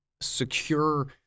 secure